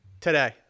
today